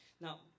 Now